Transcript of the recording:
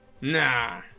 nah